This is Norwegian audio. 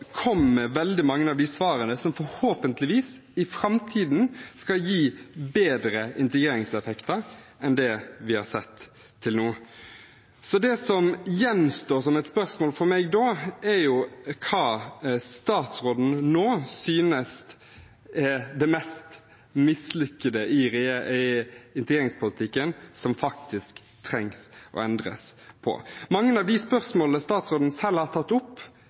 kom med veldig mange av de svarene som forhåpentligvis i framtiden skal gi en bedre integreringseffekt enn det vi har sett til nå. Det som gjenstår som et spørsmål for meg da, er hva statsråden nå synes er det mest mislykkede i integreringspolitikken som faktisk trengs å endres på. Mange av de spørsmålene statsråden selv har tatt opp,